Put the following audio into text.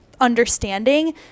understanding